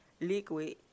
liquid